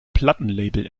plattenlabel